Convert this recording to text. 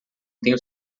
tenho